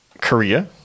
Korea